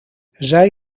zij